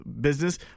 business